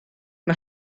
mae